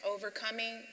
Overcoming